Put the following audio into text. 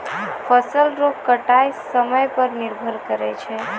फसल रो कटाय समय पर निर्भर करै छै